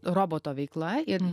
roboto veikla ir